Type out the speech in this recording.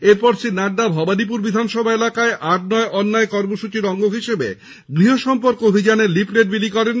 এরপর শ্রী নাড্ডা ভবানীপুর বিধানসভা এলাকায় আর নয় অন্যায় কর্মসূচির অঙ্গ হিসেবে গৃহ সম্পর্ক অভিযানে লিফলেট বিলি করেন